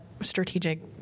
strategic